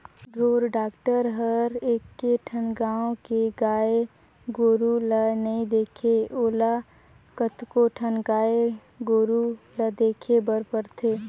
ढोर डॉक्टर हर एके ठन गाँव के गाय गोरु ल नइ देखे ओला कतको ठन गाय गोरु ल देखे बर परथे